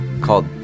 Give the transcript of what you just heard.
called